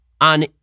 on